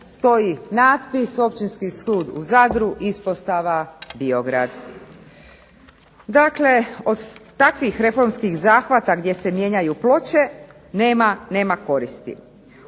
stoji natpis Općinski sud u Zadru, ispostava Biograd. Dakle od takvih reformskih zahvata, gdje se mijenjaju ploče, nema koristi.